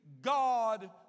God